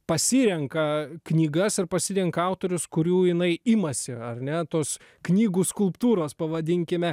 pasirenka knygas ir pasirinka autorius kurių jinai imasi ar ne tos knygų skulptūros pavadinkime